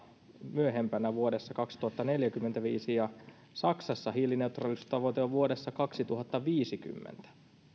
myöhempänä vuodessa kaksituhattaneljäkymmentäviisi ja saksassa hiilineutraaliustavoite on vuodessa kaksituhattaviisikymmentä